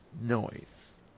noise